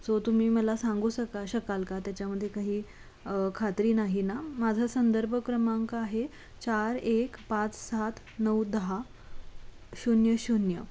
so तुम्ही मला सांगू सका शकाल का त्याच्यामध्ये काही खात्री नाही ना माझा संदर्भ क्रमांक आहे चार एक पाच सात नऊ दहा शून्य शून्य